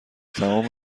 تمام